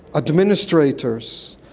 administrators,